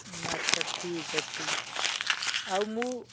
ଆଚ୍ଛା ଠିକ୍ ଅଛି ଆଉ ମୁଁ